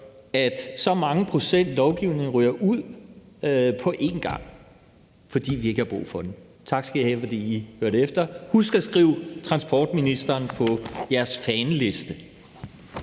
at så mange procent lovgivning ryger ud på én gang, fordi vi ikke har brug for den. Tak skal I have, fordi I hørte efter. Husk at skrive transportministeren på listen